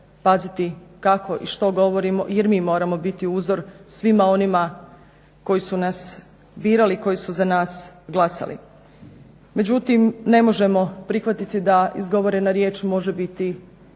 paziti kako i što govorimo jer mi moramo biti uzor svima onima koji su nas birali, koji su za nas glasali. Međutim, ne možemo prihvatiti da izgovorena riječ može biti